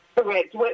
correct